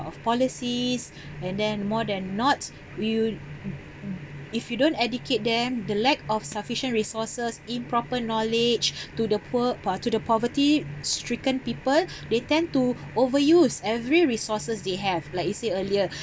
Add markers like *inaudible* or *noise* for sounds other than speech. of policies *breath* and then more than not you *noise* if you don't educate them the lack of sufficient resources improper knowledge *breath* to the poor pov~ to the poverty-stricken people *breath* they tend to overuse every resources they have like I said earlier